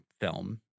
film